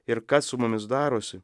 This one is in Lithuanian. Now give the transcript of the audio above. ir kas su mumis darosi